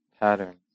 patterns